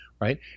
right